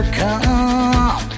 come